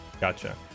Gotcha